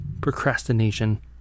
procrastination